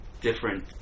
different